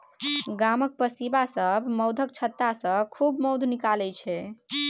गामक पसीबा सब मौधक छत्तासँ खूब मौध निकालै छै